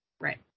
Right